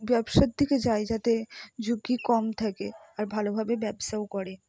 ব্যবসার দিকে যায় যাতে ঝুঁকি কম থাকে আর ভালোভাবে ব্যবসাও করে